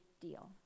deal